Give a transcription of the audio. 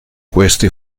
questi